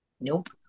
Nope